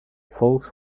folks